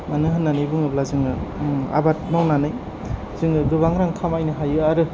मानो होननानै बुङोब्ला जोङो आबाद मावनानै जोङो गोबां रां खामायनो हायो आरो